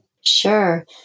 Sure